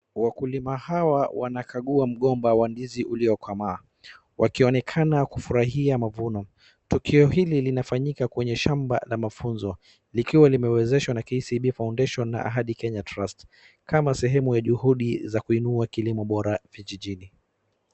Wakulima hawa wanakagua mgomba wa ndizi uliokomaa, wakionekana kufurahia mavuno. Tukio hili linafanyika kwenye shamba la mafunzo, likiwa limewezeshwa na KCB foundation na hadi Kenya trust kama sehemu ya juhudi za kuinua kilimo bora vijijini.